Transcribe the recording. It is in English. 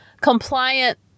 compliant